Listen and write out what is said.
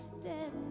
dead